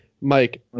Mike